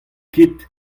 ket